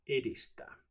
edistää